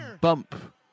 bump